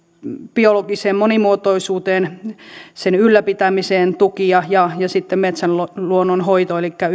biologisen monimuotoisuuden ylläpitämisen tukia ja sitten metsäluonnon hoito elikkä